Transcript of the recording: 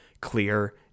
clear